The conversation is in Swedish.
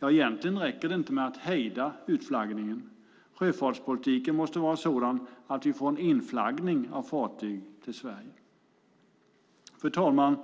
Egentligen räcker det inte med att hejda utflaggningen, utan sjöfartspolitiken måste vara sådan att vi får en inflaggning av fartyg till Sverige. Fru talman!